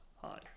Hi